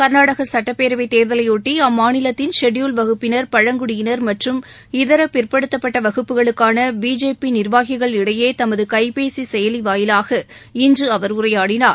கர்நாடக சட்டப்பேரவைத் தேர்தலைபொட்டி அம்மாநிலத்தின் ஷெல்டில்டு வகுப்பினர் பழங்குடியினர் மற்றும் இதர பிற்படுத்தப்பட்ட வகுப்புகளுக்கான பிஜேபி நிர்வாகிகள் இடையே தமது கைபேசி செயலி வாயிலாக இன்று அவர் உரையாடினார்